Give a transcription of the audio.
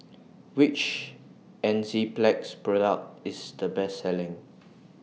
Which Enzyplex Product IS The Best Selling